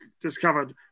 Discovered